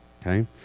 okay